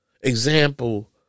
example